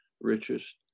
richest